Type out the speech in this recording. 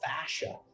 fascia